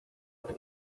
ése